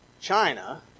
China